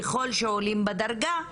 ככל שעולים בדרגה,